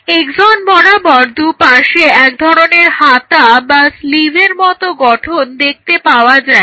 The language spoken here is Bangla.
এক্সন বরাবর দুই পাশে এক ধরনের হাতা বা স্লিভের মত গঠন দেখতে পাওয়া যায়